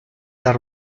dal